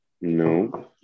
No